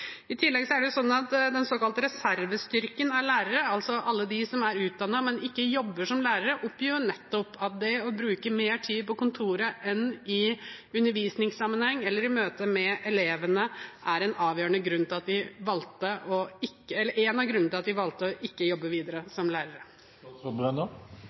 I tillegg er det sånn at den såkalte reservestyrken av lærere – alle dem som er utdannet, men ikke jobber som lærere – oppgir at nettopp det å bruke mer tid på kontoret enn i undervisningssammenheng eller i møte med elevene er en av grunnene til at de valgte å ikke jobbe videre som lærere. Jeg er glad for at